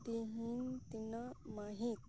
ᱛᱮᱦᱮᱧ ᱛᱤᱱᱟᱹᱜ ᱢᱟᱹᱦᱤᱛ